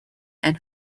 and